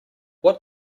what